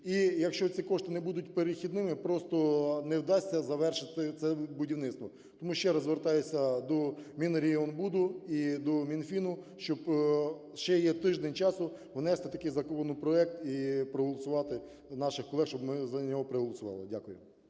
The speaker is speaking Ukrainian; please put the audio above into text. І якщо ці кошти не будуть перехідними, просто не вдасться завершити це будівництво. Тому ще раз звертаюся до Мінрегіонбуду і до Мінфіну, щоб, ще є тиждень часу, внести такий законопроект і проголосувати… до наших колег, щоб ми за нього проголосували. Дякую.